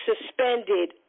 suspended